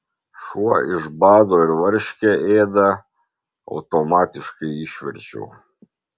šuo iš bado ir varškę ėda automatiškai išverčiau